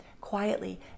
quietly